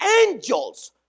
angels